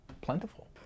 plentiful